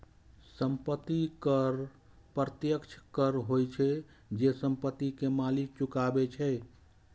संपत्ति कर प्रत्यक्ष कर होइ छै, जे संपत्ति के मालिक चुकाबै छै